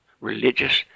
religious